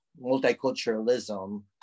multiculturalism